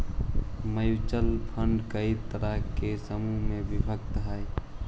mutual fund कई तरह के समूह में विभक्त हई